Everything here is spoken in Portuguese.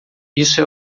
isso